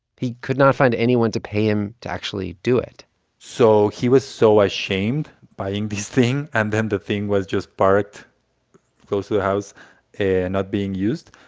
he could not find anyone to pay him to actually do it so he was so ashamed, buying this thing and then the thing was just parked close to the house and not being used,